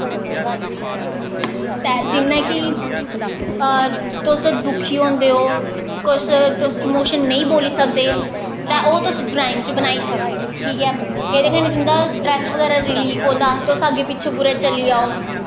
ते जि'यां कि तुस दुखी होंदे ओ तुस इमोशन नेईं बोली सकदे ते ओह् तुस ड्राईंग च बनाई सकदे ओ ठीक ऐ एह्दे कन्नै थोआड़ा स्ट्रैस बगैरा रलीफ होंदा तुस अग्गें पिच्छें कुतै चली जाओ